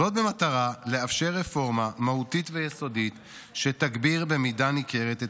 וזאת במטרה לאפשר רפורמה מהותית ויסודית שתגביר במידה ניכרת את